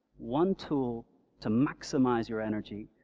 one tool to maximize your energy,